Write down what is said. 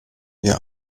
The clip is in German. wir